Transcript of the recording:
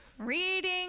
reading